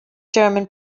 german